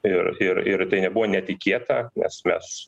ir ir ir tai nebuvo netikėta nes mes